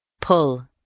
Pull